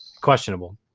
Questionable